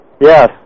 Yes